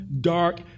dark